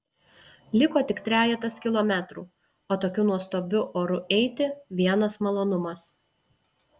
liko tik trejetas kilometrų o tokiu nuostabiu oru eiti vienas malonumas